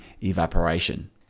evaporation